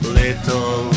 little